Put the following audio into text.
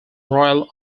royal